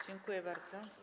Dziękuję bardzo.